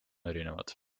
erinevad